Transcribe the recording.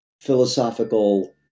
philosophical